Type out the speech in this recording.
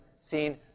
seen